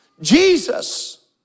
Jesus